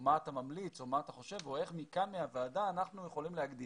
או מה אתה ממליץ או מה אתה חושב או איך מהוועדה כאן אנחנו יכולים להגדיר